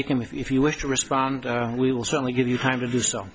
you can if you wish to respond we will certainly give you time to do so